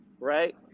right